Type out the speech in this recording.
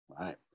right